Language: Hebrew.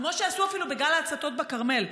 כמו שעשו אפילו בגל ההצתות בכרמל.